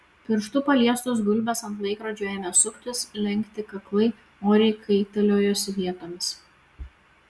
pirštu paliestos gulbės ant laikrodžio ėmė suktis lenkti kaklai oriai kaitaliojosi vietomis